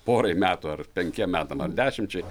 porai metų ar penkiem metam ar dešimčiai